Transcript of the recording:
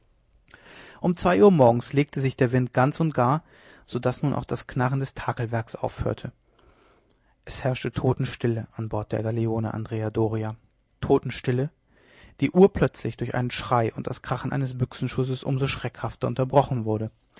um zwei uhr morgens legte sich der wind ganz und gar so daß nun auch das knarren des takelwerks aufhörte es herrschte totenstille an bord der galeone andrea doria totenstille die urplötzlich durch einen schrei und das krachen eines büchsenschusses um so schreckhafter unterbrochen wurde